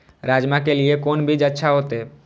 राजमा के लिए कोन बीज अच्छा होते?